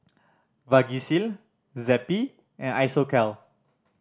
Vagisil Zappy and Isocal